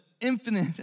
infinite